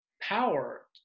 Power